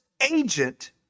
agent